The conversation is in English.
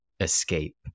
escape